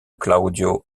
claudio